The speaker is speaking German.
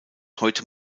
heute